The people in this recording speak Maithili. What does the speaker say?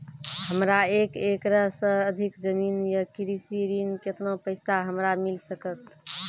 हमरा एक एकरऽ सऽ अधिक जमीन या कृषि ऋण केतना पैसा हमरा मिल सकत?